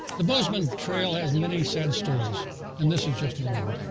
the bozeman trail has many sad stories and this is just one of them.